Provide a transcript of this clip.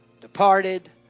departed